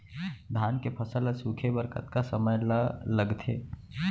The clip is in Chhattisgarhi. धान के फसल ल सूखे बर कतका समय ल लगथे?